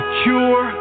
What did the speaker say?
cure